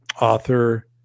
author